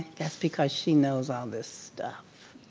that's because she knows all this stuff.